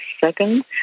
second